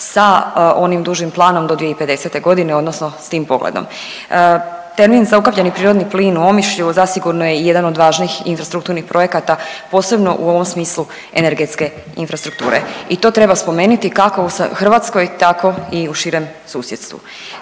sa onim dužim planom do 2050. godine odnosno s tim pogledom. Termin za ukapljeni prirodni plin u Omišlju zasigurno je jedan od važnih infrastrukturnih projekata posebno u ovom smislu energetske infrastrukture i to treba spomeniti kako u Hrvatskoj tako i u širem susjedstvu.